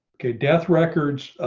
okay, death records.